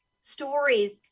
stories